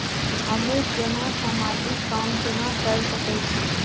हमू केना समाजिक काम केना कर सके छी?